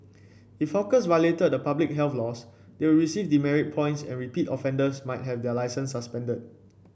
if hawkers violated public health laws they would receive demerit points and repeat offenders might have their licences suspended